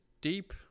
deep